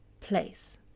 place